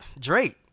Drake